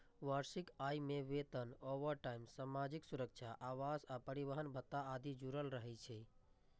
वार्षिक आय मे वेतन, ओवरटाइम, सामाजिक सुरक्षा, आवास आ परिवहन भत्ता आदि जुड़ल रहै छै